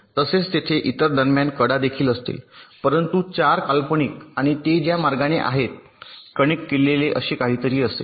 तसेच तेथे इतर दरम्यान कडा देखील असतील परंतु 4 काल्पनिक आणि ते ज्या मार्गाने आहेत कनेक्ट केलेले असे काहीतरी असेल